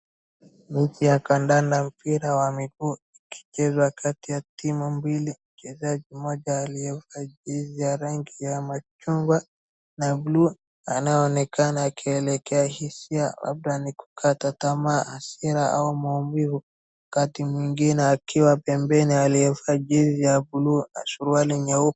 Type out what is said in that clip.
Mechi ya kandanda mpira wa miguu ukichezwa kati ya timu mbili, mchezaji mmoja aliyevaa jezi ya rangi ya machungwa, na blue anayeonekana akielekea hisia labda ni kukata tamaa, hasira au maumivu, wakati mwingine akiwa pembeni aliyevaa jezi ya blue na suruali nyeupe.